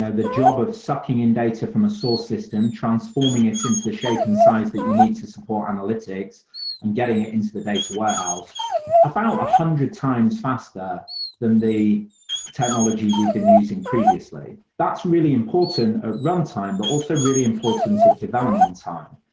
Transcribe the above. ah the job of sucking in data from a source system, transforming it into the shape and size that you need to support analytics and getting it into the data warehouse about a hundred times faster than the technology we've been using previously. that's really important at runtime, but also really important sort of development time,